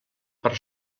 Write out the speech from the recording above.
per